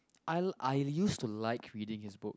I I used to like reading his book